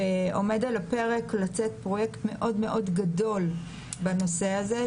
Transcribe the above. עומד על הפרק לצאת פרויקט מאוד גדול בנושא הזה,